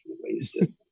wasted